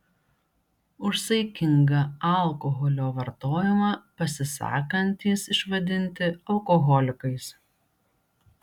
už saikingą alkoholio vartojimą pasisakantys išvadinti alkoholikais